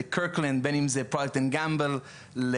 בין אם זה פרוקטר אנד גמבל,